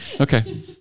Okay